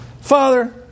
Father